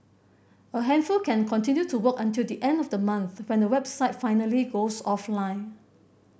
a handful can continue to work until the end of the month when the website finally goes offline